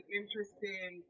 interesting